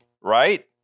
right